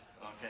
Okay